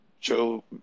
Joe